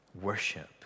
Worship